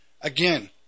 Again